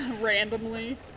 Randomly